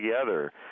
together